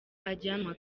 ajyanwa